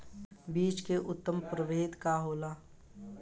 बीज के उन्नत प्रभेद का होला?